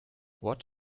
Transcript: what